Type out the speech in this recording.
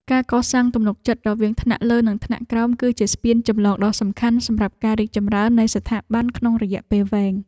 ការកសាងទំនុកចិត្តរវាងថ្នាក់លើនិងថ្នាក់ក្រោម គឺជាស្ពានចម្លងដ៏សំខាន់សម្រាប់ការរីកចម្រើននៃស្ថាប័នក្នុងរយៈពេលវែង។